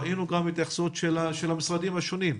ראינו גם התייחסות של המשרדים השונים,